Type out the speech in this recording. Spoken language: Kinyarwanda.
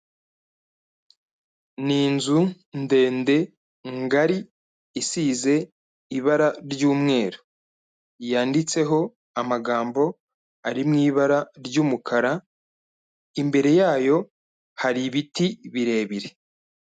Ni inzu ndende, ngari, isize ibara ry'umweru, yanditseho amagambo ari mu ibara ry'umukara imbere yayo hari ibiti birebire.